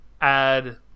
add